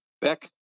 Beck